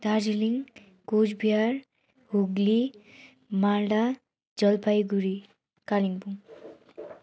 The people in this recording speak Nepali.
दार्जिलिङ कुचबिहार हुगली मालदा जलपाइगुडी कालिम्पोङ